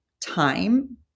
time